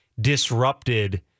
disrupted